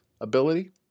ability